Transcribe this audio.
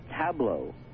tableau